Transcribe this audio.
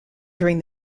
during